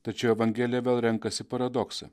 tačiau evangelija vėl renkasi paradoksą